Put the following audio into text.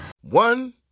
One